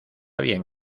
bien